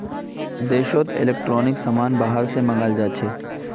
देशोत इलेक्ट्रॉनिक समान बाहर से मँगाल जाछे